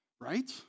right